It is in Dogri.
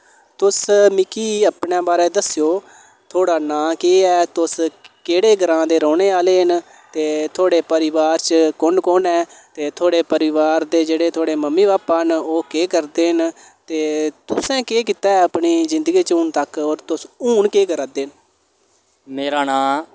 तुस मिकी अपनै बारै दस्सो थोह्ड़ा ना की ऐ तुस केह्डे नांऽ दे रौह्ने आह्ले न ते थुआड़े परिवार च कु'न कु'न ऐ ते थुआड़े परिवार दे जेह्डे थुआड़े मम्मी पापा न ओह् केह् करदे न ते तुसे केह् कीत्ता ऐ अपनी जिन्दगी च हून तक ते तुस हून केह् करा दे न मेरा नांऽ